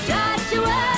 Joshua